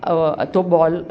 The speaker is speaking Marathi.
अव तो बॉल